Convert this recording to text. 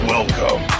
Welcome